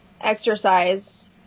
exercise